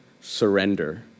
surrender